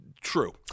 True